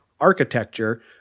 architecture